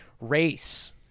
race